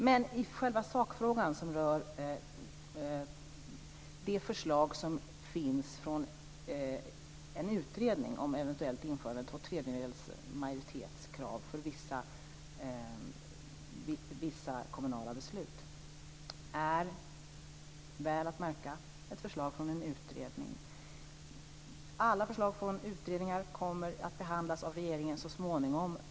Men själva sakfrågan rör det förslag som finns från en utredning om eventuellt införande av krav på två tredjedelars majoritet för vissa kommunala beslut. Och det är, väl att märka, ett förslag från en utredning. Alla förslag från utredningar kommer att behandlas av regeringen så småningom.